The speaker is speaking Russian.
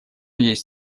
есть